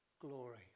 glory